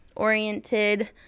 oriented